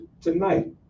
tonight